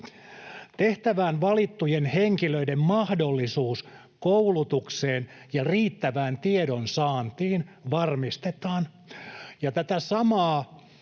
Tehtävään valittujen henkilöiden mahdollisuus koulutukseen ja riittävään tiedonsaantiin varmistetaan.”